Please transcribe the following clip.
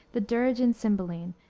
the dirge in cymbeline,